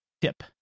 tip